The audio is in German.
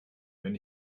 wenn